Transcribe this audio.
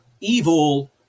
Evil